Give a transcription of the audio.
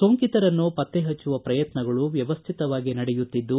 ಸೋಂಕಿತರನ್ನು ಪತ್ತೆ ಪಚ್ಚುವ ಪ್ರಯತ್ನಗಳು ವ್ಯವಸ್ತಿತವಾಗಿ ನಡೆಯುತ್ತಿದ್ದು